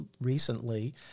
recently